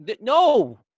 No